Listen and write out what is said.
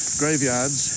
graveyards